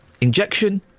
injection